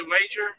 wager